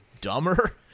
dumber